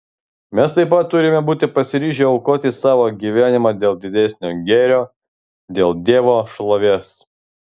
mes taip pat turime būti pasiryžę aukoti savo gyvenimą dėl didesnio gėrio dėl dievo šlovės